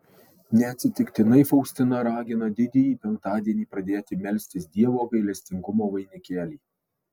neatsitiktinai faustina ragina didįjį penktadienį pradėti melstis dievo gailestingumo vainikėlį